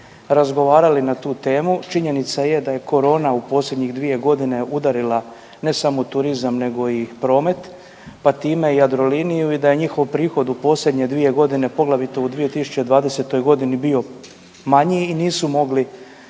razgovarali na tu temu, činjenica je da je korona u posljednjih dvije godine udarila ne samo turizam nego i promet pa time i Jadroliniju i da je njihov prihod u posljednje dvije godine poglavito u 2020.g. bio manji i nisu mogli